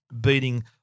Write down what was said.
beating